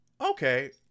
Okay